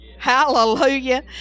Hallelujah